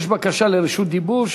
יש בקשה שלך לרשות דיבור.